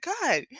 god